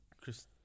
Chris